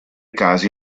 casi